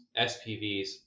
spvs